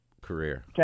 career